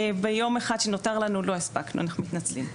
ביום האחד שנותר לנו לא הספקנו, אנחנו מתנצלים.